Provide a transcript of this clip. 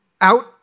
out